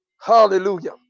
Hallelujah